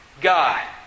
God